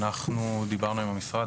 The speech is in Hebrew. דיברנו עם המשרד,